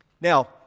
Now